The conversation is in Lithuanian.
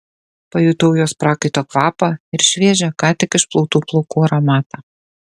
pajutau jos prakaito kvapą ir šviežią ką tik išplautų plaukų aromatą